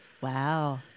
Wow